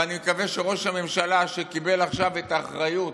ואני מקווה שראש הממשלה, שקיבל עכשיו את האחריות